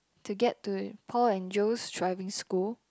to get to Paul and Joe's driving school